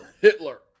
Hitler